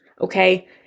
Okay